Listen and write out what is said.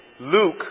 Luke